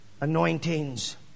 Anointings